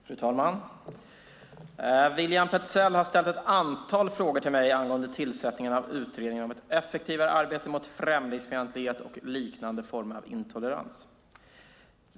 Fru talman! William Petzäll har ställt ett antal frågor till mig angående tillsättningen av utredningen om ett effektivare arbete mot främlingsfientlighet och liknande former av intolerans.